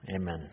Amen